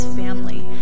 family